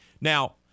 Now